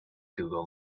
google